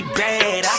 bad